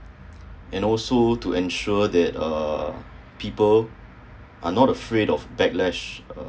and also to ensure that uh people are not afraid of back latch uh